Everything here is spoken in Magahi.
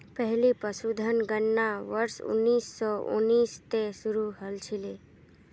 पहली पशुधन गणना वर्ष उन्नीस सौ उन्नीस त शुरू हल छिले